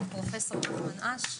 פרופ' נחמן אש.